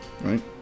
right